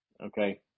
Okay